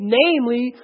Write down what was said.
namely